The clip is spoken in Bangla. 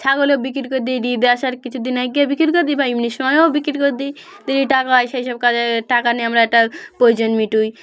ছাগলও বিক্রি করে দিই আসার কিছু দিন আগিয়ে বিক্রি করে দিই বা এমনি সময়েও বিক্রি করে দিই যদি টাকা হয় সেই সব কাজে টাকা নিয়ে আমরা একটা প্রয়োজন মেটাই